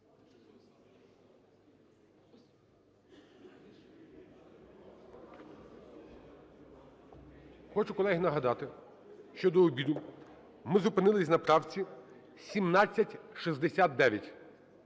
Хочу, колеги, нагадати, що до обіду ми зупинились на правці 1769.